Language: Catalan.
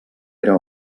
era